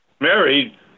married